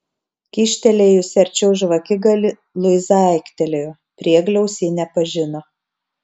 kyštelėjusi arčiau žvakigalį luiza aiktelėjo priegliaus ji nepažino